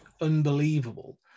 unbelievable